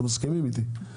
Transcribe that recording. אתם מסכימים איתי,